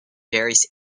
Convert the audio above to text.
various